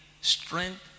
strength